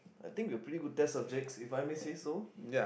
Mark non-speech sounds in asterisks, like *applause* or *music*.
I think we're pretty good test subjects if I may say so *breath*